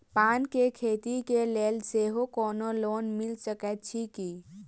पान केँ खेती केँ लेल सेहो कोनो लोन मिल सकै छी की?